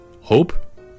Hope